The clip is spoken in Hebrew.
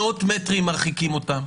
מאות מטרים מרחיקים אותם,